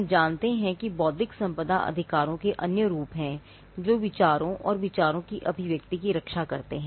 हम जानते हैं कि बौद्धिक संपदा अधिकारों के अन्य रूप हैं जो विचारों और विचारों की अभिव्यक्ति की रक्षा करते हैं